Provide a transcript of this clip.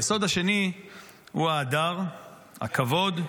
היסוד השני הוא ההדר, הכבוד.